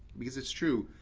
because it's true,